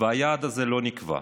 והיעד הזה לא נקבע.